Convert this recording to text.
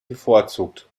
bevorzugt